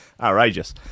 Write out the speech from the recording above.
outrageous